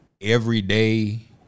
everyday